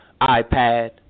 iPad